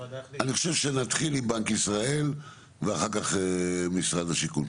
אני חושב שנתחיל עם בנק ישראל ואחר כך משרד השיכון.